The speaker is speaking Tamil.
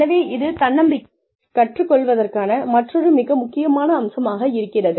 எனவே இது தன்னம்பிக்கையை கற்றுக்கொள்வதற்கான மற்றொரு மிக முக்கியமான அம்சமாக இருக்கிறது